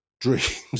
dreams